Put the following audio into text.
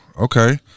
Okay